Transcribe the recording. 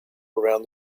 around